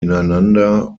ineinander